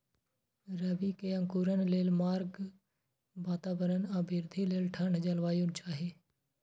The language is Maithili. रबी के अंकुरण लेल गर्म वातावरण आ वृद्धि लेल ठंढ जलवायु चाही